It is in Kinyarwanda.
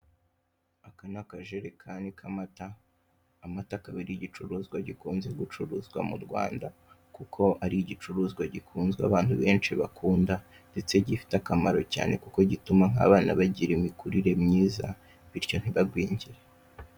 Aka ni akajerekani k'amata. Amata akaba ari igicuruzwa gikunze gucuruzwa mu Rwanda, kuko ari igicuruzwa gikunzwe, abantu benshi bakunda; ndetse gifite akamaro cyane kuko gituma abana bagira imikurire myiza, bityo ntibagwingire.